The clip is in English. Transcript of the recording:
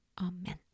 amen